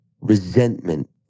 resentment